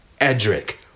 Edric